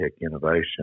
innovation